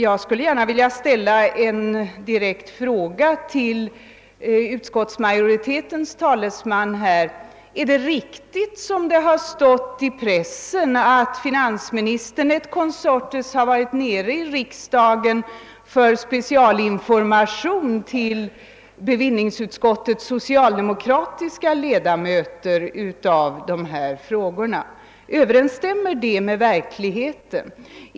Jag vill också ställa en direkt fråga till utskottsmajoritetens talesman: Är det riktigt, såsom det påståtts i pressen, att finansministern et consortes kommit till riksdagen för att ge speciell information till bevillningsutskottets socialdemokratiska ledamöter i skattefrågan?